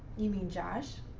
you mean josh?